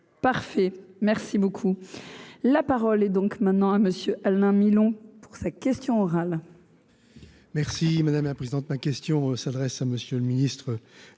parfait, merci beaucoup, la parole est donc maintenant à monsieur Alain Milon pour sa question orale.